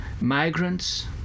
migrants